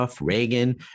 Reagan